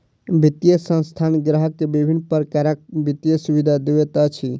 वित्तीय संस्थान ग्राहक के विभिन्न प्रकारक वित्तीय सुविधा दैत अछि